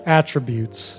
attributes